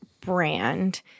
brand